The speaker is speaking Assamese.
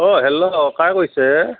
অ' হেল্ল' কাই কৈছে